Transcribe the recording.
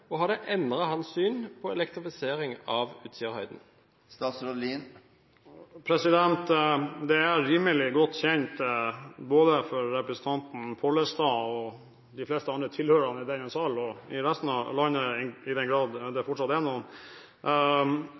og har det endret hans syn på elektrifisering av Utsirahøyden? Det er rimelig godt kjent for både representanten Pollestad og de fleste andre tilhørerne i denne sal og i resten av landet – i den grad det fortsatt er